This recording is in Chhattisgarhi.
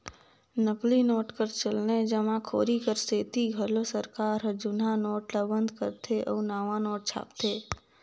नकली नोट कर चलनए जमाखोरी कर सेती घलो सरकार हर जुनहा नोट ल बंद करथे अउ नावा नोट छापथे